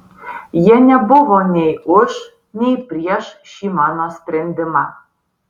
jie nebuvo nei už nei prieš šį mano sprendimą